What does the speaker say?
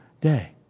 day